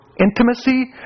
intimacy